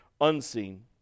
unseen